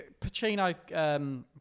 Pacino